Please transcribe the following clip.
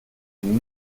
innen